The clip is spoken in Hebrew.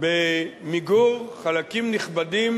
במיגור חלקים נכבדים